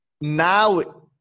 now